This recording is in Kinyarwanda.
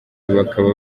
bakaba